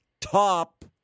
top